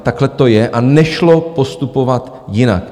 Takhle to je a nešlo postupovat jinak.